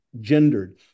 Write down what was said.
gendered